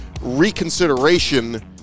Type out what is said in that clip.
reconsideration